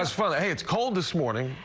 was fun. hey, it's cold this morning.